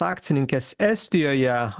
akcininkės estijoje